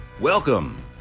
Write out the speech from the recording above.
Welcome